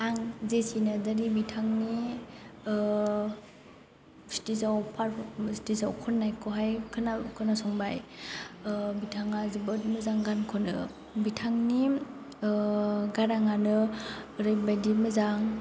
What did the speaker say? आं जेसि नारजारि बिथांनि स्टेजाव पार स्टेजाव खन्नायखौहाय खोना खोनासंबाय बिथाङा जोबोद मोजां गान खनो बिथांनि गाराङानो ओरैबायदि मोजां